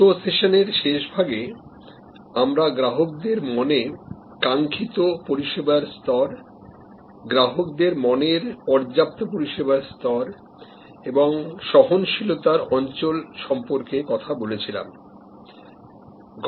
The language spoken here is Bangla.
গত সেশনের শেষভাগে আমরা গ্রাহকদের মনে কাঙ্খিত পরিষেবার স্তর গ্রাহকদের মনের পর্যাপ্ত পরিষেবার স্তর এবং এই দুটি স্তনের মাঝখানের জায়গা যেটাকে বলে জোন অফ টলারেন্স সম্পর্কে কথা বলেছিলাম